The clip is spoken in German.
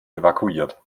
evakuiert